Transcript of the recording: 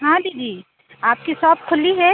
हाँ दीदी आपकी सॉप खुली है